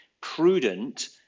prudent